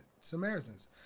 Samaritans